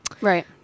Right